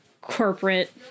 corporate